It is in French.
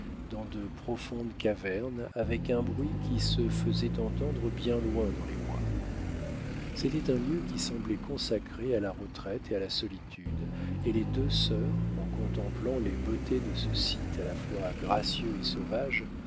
dans de profondes cavernes avec un bruit qui se faisait entendre bien loin dans les bois c'était un lieu qui semblait consacré à la retraite et à la solitude et les deux sœurs en contemplant les beautés de ce site à la fois gracieux et sau